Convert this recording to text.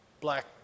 black